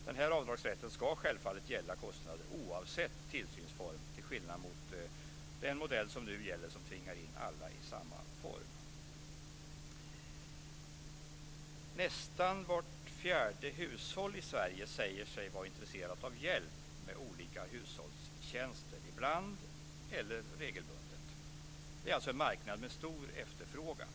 Den här avdragsrätten ska självfallet gälla kostnader oavsett tillsynsform, till skillnad från den modell som nu gäller, som tvingar in alla i samma form. Nästan vart fjärde hushåll i Sverige säger sig vara intresserat av hjälp med olika hushållstjänster ibland eller regelbundet. Det är alltså en marknad med stor efterfrågan.